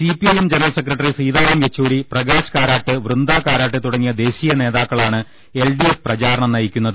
CP IM general secretary Sitaram Yechury Prakash Karat Brinda Karat തുടങ്ങിയ ദേശീയ നേതാക്കളാണ് എൽ ഡി എഫ് പ്രചാരണം നയിക്കുന്നത്